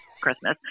Christmas